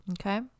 Okay